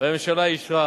והממשלה אישרה